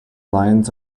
lions